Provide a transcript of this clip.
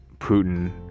Putin